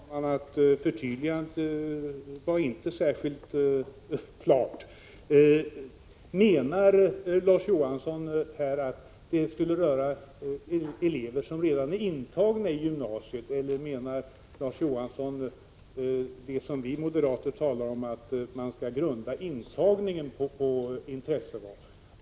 Fru talman! Jag måste säga att förtydligandet inte var särskilt klart. Menar Larz Johansson att det här skulle röra de elever som redan är intagna i gymnasieskolan eller menar han det som vi moderater talar om, nämligen att intagningen skall grundas på intresseval?